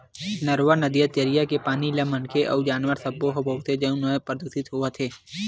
नरूवा, नदिया, तरिया के पानी ल मनखे अउ जानवर सब्बो ह बउरथे जउन ह परदूसित होवत हे